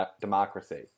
democracy